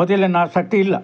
ಮೊದಲಿನ ಆಸಕ್ತಿ ಇಲ್ಲ